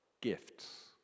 gifts